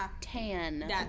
tan